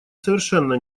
совершенно